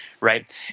Right